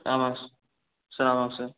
ஆமாம்ங்க சார் ஆமாம்ங்க சார்